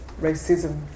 racism